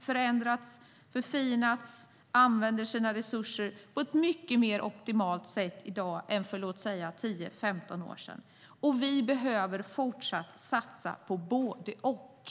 förändrats, förfinats och använder sina resurser på ett mycket mer optimalt sätt i dag än för låt säga tio femton år sedan. Vi behöver fortsatt satsa på både och.